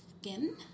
skin